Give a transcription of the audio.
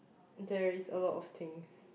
there is a lot of things